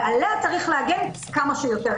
ועליה צריך להגן כמה שיותר.